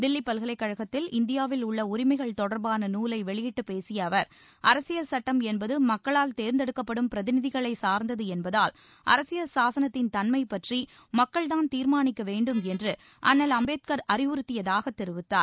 தில்லி பல்கலைக்கழகத்தில் இந்தியாவில் உள்ள உரிமைகள் தொடர்பான நூலை வெளியிட்டுப் பேசிய அவர் அரசியல் சுட்டம் என்பது மக்களால் தேர்ந்தெடுக்கப்படும் பிரதிநிதிகளைச் சார்ந்தது என்பதால் அரசியல் சாசனத்தின் தன்மை பற்றி மக்கள்தான் தீர்மானிக்க வேண்டும் என்று அண்ணல் அம்பேத்கர் அறிவுறுத்தியதாக தெரிவித்தார்